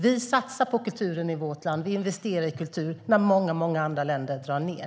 Vi satsar och investerar i kulturen i vårt land när många andra länder drar ned.